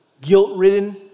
guilt-ridden